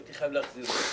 הייתי חייב להחזיר לו.